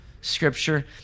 scripture